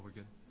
good?